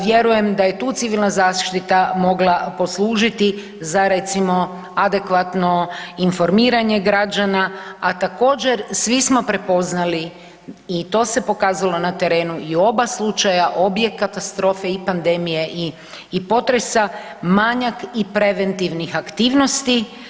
Vjerujem da je tu civilna zaštita mogla poslužiti za recimo adekvatno informiranje građana, a također svi smo prepoznali i to se pokazalo na terenu i u oba slučaja, obje katastrofe i pandemije i potresa manjak i preventivnih aktivnosti.